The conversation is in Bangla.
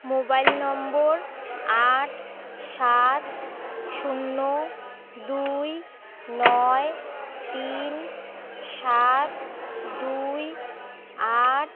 মোবাইল নম্বর আট সাত শূন্য দুই নয় তিন সাত দুই আট